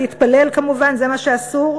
להתפלל כמובן, זה מה שאסור.